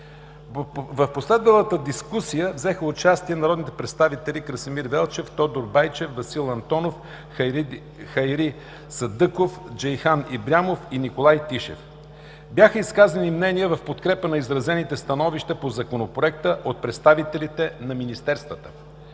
В последвалата дискусия взеха участие народните представители Красимир Велчев, Тодор Байчев, Васил Антонов, Хайри Садъков, Джейхан Ибрямов и Николай Тишев. Бяха изказани мнения в подкрепа на изразените становища по Законопроекта от представителите на министерствата.